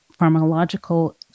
pharmacological